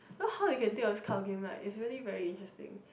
you know how you can think of this kind of game like is really very interesting